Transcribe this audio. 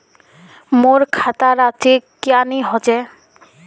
मोर खाता डा चेक क्यानी होचए?